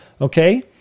Okay